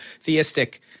theistic